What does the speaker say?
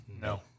No